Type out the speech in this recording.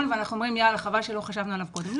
ואנחנו אומרים שחבל שלא חשבנו עליו קודם.